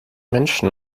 menschen